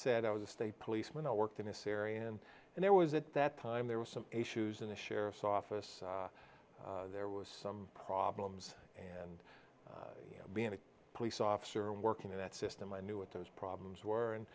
said i was a state policeman i worked in this area and there was at that time there was some issues in the sheriff's office there was some problems and being a police officer working in that system i knew what those problems were and